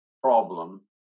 problem